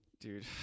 Dude